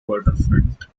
waterfront